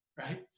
right